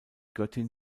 göttin